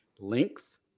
length